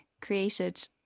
created